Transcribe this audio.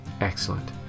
excellent